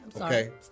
okay